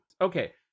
Okay